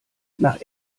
nach